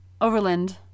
Overland